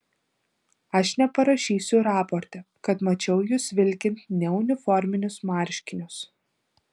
aš neparašysiu raporte kad mačiau jus vilkint neuniforminius marškinius